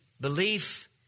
belief